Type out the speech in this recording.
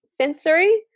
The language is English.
sensory